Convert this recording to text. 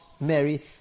Mary